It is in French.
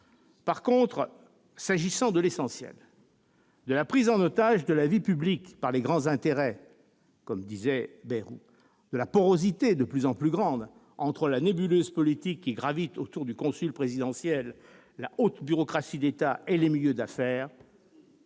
revanche, s'agissant de l'essentiel, c'est-à-dire de la prise en otage de la vie publique par les grands intérêts privés ou de la porosité de plus en plus grande entre la nébuleuse politique qui gravite autour du consul présidentiel, la haute bureaucratie d'État et les milieux d'affaires,